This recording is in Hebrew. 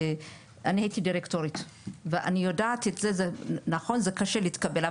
אני הייתי דירקטורית ונכון זה קשה להתקבל.